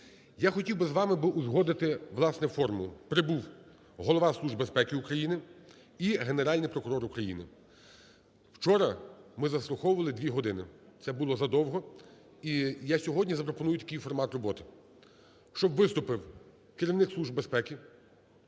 Я хотів би з вами узгодити власне формулу, прибув голова Служби безпеки України і Генеральний прокурор України. Вчора ми заслуховували дві години, це було задовго. І я сьогодні запропоную такий формат роботи, щоб виступив керівник Служби безпеки,